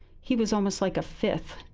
he was almost like a fifth.